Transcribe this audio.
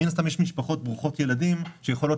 מן הסתם יש משפחות ברוכות ילדים שיכולות